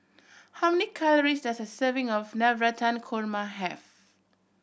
how many calories does a serving of Navratan Korma have